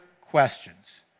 questions